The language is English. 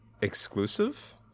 exclusive